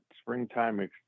springtime